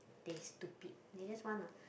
they stupid they just wanna